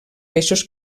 peixos